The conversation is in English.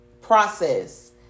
process